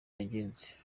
yagenze